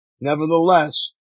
Nevertheless